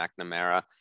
McNamara